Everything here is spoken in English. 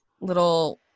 little